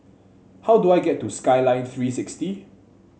how do I get to Skyline Three sixty